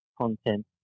content